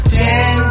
ten